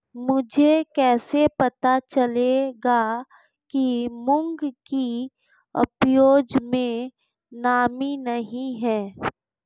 मुझे कैसे पता चलेगा कि मूंग की उपज में नमी नहीं है?